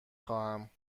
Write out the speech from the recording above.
خواهم